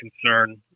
concern